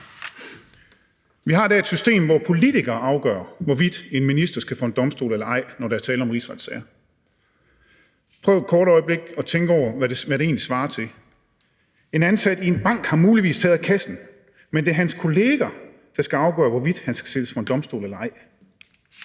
i dag et system, hvor politikere afgør, hvorvidt en minister skal for en domstol eller ej, når der er tale om rigsretssager. Prøv et kort øjeblik at tænke over, hvad det egentlig svarer til: En ansat i en bank har muligvis taget af kassen, men det er hans kolleger, der skal afgøre, hvorvidt han skal sættes for en domstol eller ej.